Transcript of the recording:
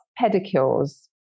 pedicures